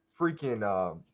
freaking